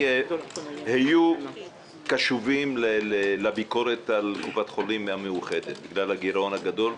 היו קשובים לביקורת על קופת חולים המאוחדת בגלל הגירעון הגדול,